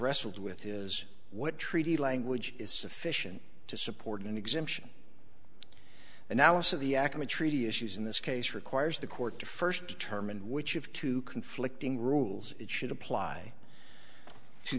wrestled with is what treaty language is sufficient to support an exemption analysis of the acme treaty issues in this case requires the court to first determine which of two conflicting rules it should apply to